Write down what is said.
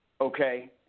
okay